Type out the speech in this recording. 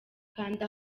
kanda